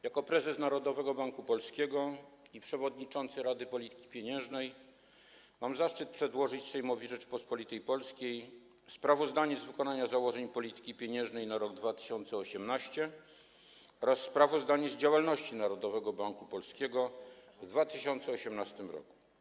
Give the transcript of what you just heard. Jako prezes Narodowego Banku Polskiego i przewodniczący Rady Polityki Pieniężnej mam zaszczyt przedłożyć Sejmowi Rzeczypospolitej Polskiej sprawozdanie z wykonania założeń polityki pieniężnej na rok 2018 oraz sprawozdanie z działalności Narodowego Banku Polskiego w 2018 r.